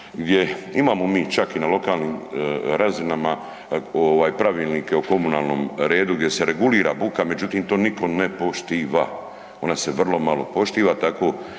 gdje imamo mi čak i na lokalnim razinama ovaj Pravilnike o komunalnom redu gdje se regulira buka, međutim to niko ne poštiva. Ona se vrlo malo poštiva, tako